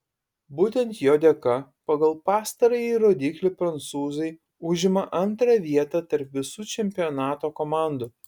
būtent jo dėka pagal pastarąjį rodiklį prancūzai užima antrą vietą tarp visų čempionato komandų